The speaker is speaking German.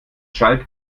schalke